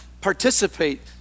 participate